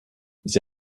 sie